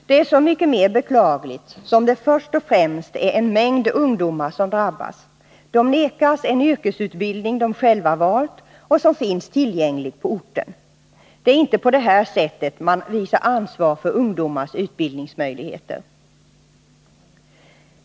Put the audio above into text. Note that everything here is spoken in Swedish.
Det är så mycket mer beklagligt som det först och främst är en mängd ungdomar som drabbas. De förvägras en yrkesutbildning de själva valt och som finns tillgänglig på orten. Det är inte på det här sättet man visar ansvar för ungdomars utbildningsmöjligheter.